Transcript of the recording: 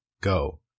go